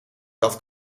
dat